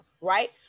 right